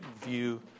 view